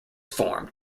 formed